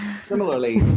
Similarly